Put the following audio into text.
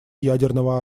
ядерного